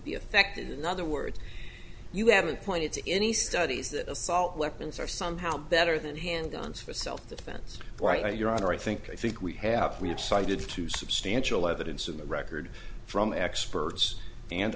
be effective in other words you haven't pointed to any studies that assault weapons are somehow better than hand guns for self defense why your honor i think i think we have we have cited two substantial evidence in the record from experts and